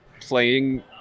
playing